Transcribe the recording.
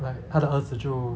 like 她的儿子就